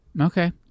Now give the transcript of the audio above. Okay